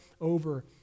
over